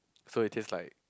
so it taste like